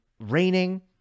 raining